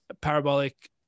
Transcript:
parabolic